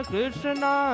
Krishna